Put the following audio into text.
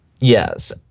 Yes